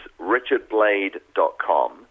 richardblade.com